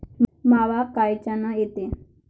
मावा कायच्यानं येते?